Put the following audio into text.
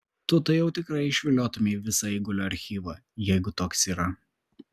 tu tai jau tikrai išviliotumei visą eigulio archyvą jeigu toks yra